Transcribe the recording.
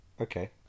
Okay